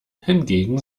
hingegen